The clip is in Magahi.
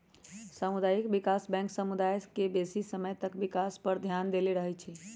सामुदायिक विकास बैंक समुदाय सभ के बेशी समय तक विकास पर ध्यान देले रहइ छइ